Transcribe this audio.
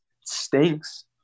stinks